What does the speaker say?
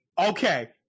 Okay